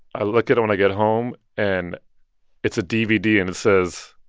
i look at it when i get home, and it's a dvd, and it says,